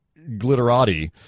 Glitterati